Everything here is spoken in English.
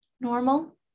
normal